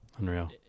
Unreal